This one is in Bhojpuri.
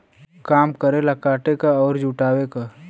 काम करेला काटे क अउर जुटावे क